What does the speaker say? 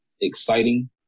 Exciting